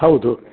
ಹೌದು